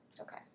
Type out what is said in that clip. okay